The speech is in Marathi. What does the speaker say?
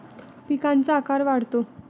पिकांचा आकार वाढतो